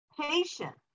patient